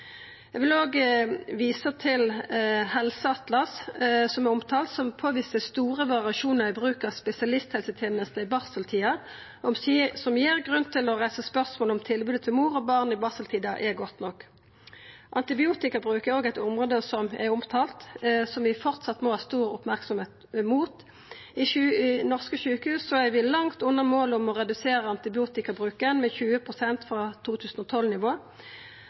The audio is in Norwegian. Eg vil òg visa til Helseatlas, som er omtalt, som påviste store variasjonar i bruk av spesialisthelsetenesta i barseltida, som gir grunn til å reisa spørsmål ved om tilbodet til mor og barn i barseltida er godt nok. Antibiotikabruk er òg eit område som er omtalt, og som vi framleis må ha stor merksemd på. I norske sjukehus er vi langt unna målet om å redusera antibiotikabruken med 20 pst. frå